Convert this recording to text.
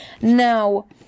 Now